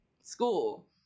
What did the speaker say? school